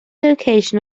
location